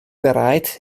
bereit